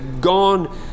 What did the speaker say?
gone